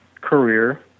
career